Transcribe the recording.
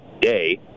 day